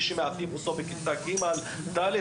ילד שמאבדים אותו בכיתה ג׳ או ד׳,